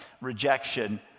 rejection